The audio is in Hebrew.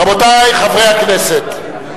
רבותי חברי הכנסת,